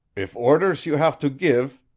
if orders you haf to gif,